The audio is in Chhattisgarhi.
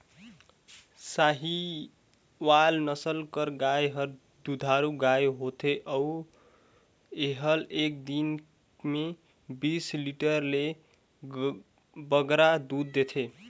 साहीवाल नसल कर गाय हर दुधारू गाय होथे अउ एहर एक दिन में बीस लीटर ले बगरा दूद देथे